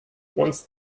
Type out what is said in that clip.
once